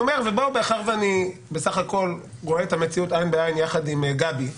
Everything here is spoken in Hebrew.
מאחר שאני רואה את המציאות עין בעין יחד עם גבי,